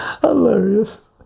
Hilarious